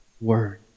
Word